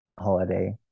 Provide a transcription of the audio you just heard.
holiday